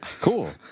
Cool